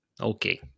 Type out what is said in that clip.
Okay